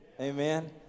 Amen